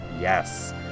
yes